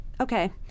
okay